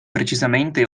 precisamente